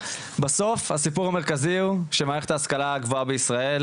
הסיפור המרכזי הוא שמערכת ההשכלה הגבוהה בישראל